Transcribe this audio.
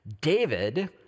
David